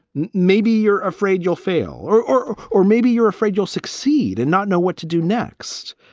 maybe you're afraid you'll fail or or or maybe you're afraid you'll succeed and not know what to do next.